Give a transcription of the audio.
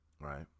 Right